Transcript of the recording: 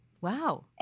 Wow